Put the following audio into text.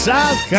South